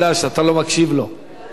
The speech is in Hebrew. אני חושב שזה,